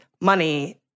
Money